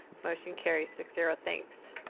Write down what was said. motion carries, six zero, thanks.